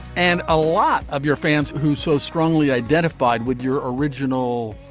and a lot of your fans who so strongly identified with your original